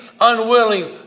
unwilling